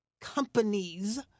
companies